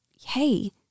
hey